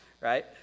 right